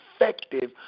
effective